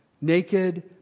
naked